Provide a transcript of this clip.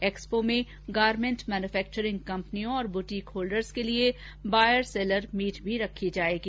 expo में garment manufacturing कंपनियों और बुटीक होल्डर्स के लिए बॉयर्स सेलर मीट भी रखी जाएगी